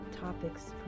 topics